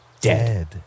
Dead